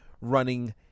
running